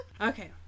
Okay